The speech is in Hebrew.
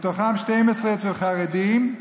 מתוכם 12 אצל חרדים,